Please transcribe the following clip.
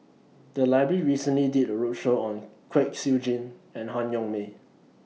The Library recently did A roadshow on Kwek Siew Jin and Han Yong May